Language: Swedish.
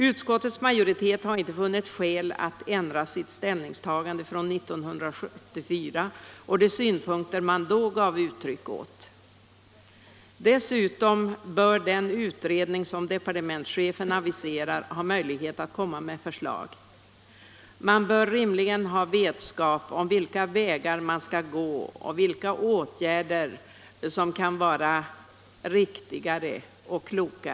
Utskottets majoritet har inte funnit skäl att ändra sitt ställningstagande från 1974 och de synpunkter utskottet då gav uttryck för. Dessutom bör den utredning som departementschefen aviserat få tillfälle att framlägga förslag. Man bör rimligen ha vetskap om vilka vägar man kan gå och vilka åtgärder som kan vara riktiga och kloka.